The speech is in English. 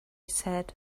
said